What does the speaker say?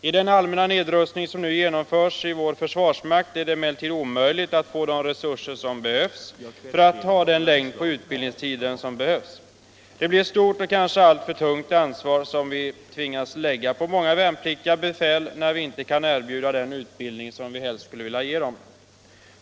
I den allmänna nedrustning som nu genomförts i vår försvarsmakt är det emellertid omöjligt att få de resurser som behövs för att ge utbildningen erforderlig längd. Det blir ett stort och kanske alltför tungt ansvar som vi tvingas lägga på många värnpliktiga befäl när vi inte kan erbjuda den utbildning som vi helst skulle vilja ge.